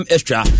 Extra